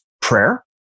prayer